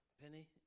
Penny